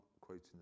quoting